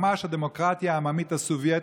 ממש הדמוקרטיה העממית הסובייטית,